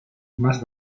más